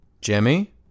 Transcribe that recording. jimmy